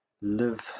live